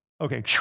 Okay